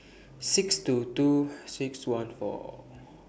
six two two six one four